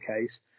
case